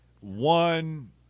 one